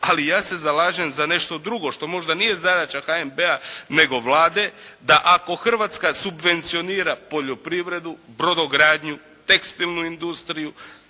Ali ja se zalažem za nešto drugo što možda nije zadaća HNB-a nego Vlade da ako Hrvatska subvencionira poljoprivredu, brodogradnju, tekstilnu industriju,